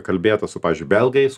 kalbėta su pavyzdžiui belgais